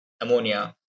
ammonia